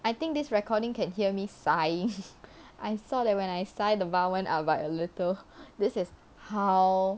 I think this recording can hear me sighing I saw that when I sigh the bar went up by a little this is how